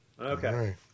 Okay